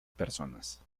personas